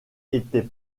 était